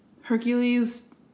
Hercules